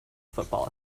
football